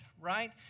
right